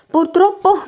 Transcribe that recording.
Purtroppo